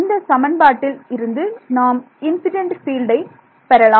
இந்த சமன்பாட்டில் இருந்து நாம் இன்சிடென்ட் ஃபீல்டை பெறலாம்